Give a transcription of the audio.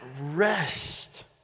rest